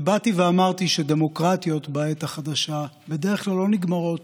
ובאתי ואמרתי שדמוקרטיות בעת החדשה בדרך כלל לא נגמרות